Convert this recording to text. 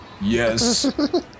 Yes